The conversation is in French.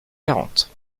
quarante